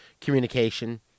communication